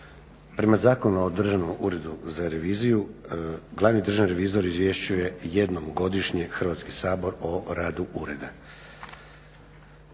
Prema Zakonu o Državnom uredu za reviziju glavni državni revizor izvješćuje jednom godišnje Hrvatski sabor o radu ureda.